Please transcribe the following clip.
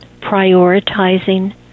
prioritizing